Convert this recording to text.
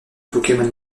pokémon